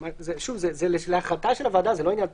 זה להחלטה של הוועדה, זה לא עניין משפטי.